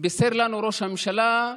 בישר לנו ראש הממשלה,